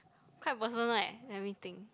quite personal eh let me think